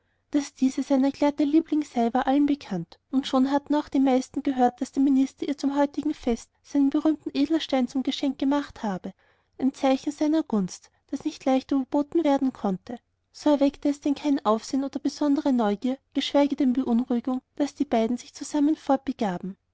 daß diese sein erklärter liebling sei war allen bekannt und schon hatten auch die meisten gehört daß der minister ihr zum heutigen fest seinen berühmten edelstein zum geschenk gemacht habe ein zeichen seiner gunst das nicht leicht überboten werden konnte so erweckte es denn kein aufsehen oder besondere neugierde geschweige denn beunruhigung daß die beiden sich zusammen